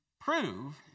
prove